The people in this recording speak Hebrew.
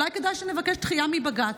אולי כדאי שנבקש דחייה מבג"ץ,